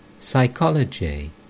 Psychology